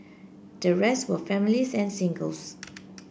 the rest were families and singles